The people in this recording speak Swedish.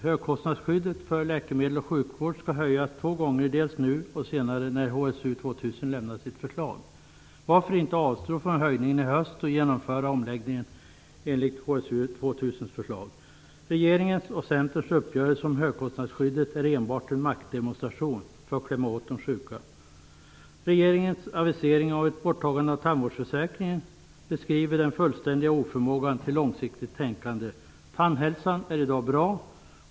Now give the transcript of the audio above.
Högkostnadsskyddet för läkemedel och sjukvård skall höjas två gånger - dels nu, dels senare när HSU 2000 avlämnar sitt förslag. Varför inte avstå från höjningen i höst och genomföra omläggningen enligt av HSU 2000 framlagda förslag? Regeringens och Centerns uppgörelse om högkostnadsskyddet är enbart en maktdemonstration för att klämma åt de sjuka. Regeringens avisering om ett borttagande av tandvårdsförsäkringen beskriver en total oförmåga till långsiktigt tänkande. Tandhälsan är i dag bra.